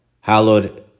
Hallowed